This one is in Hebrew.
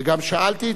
וגם שאלתי עצמי",